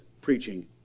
preaching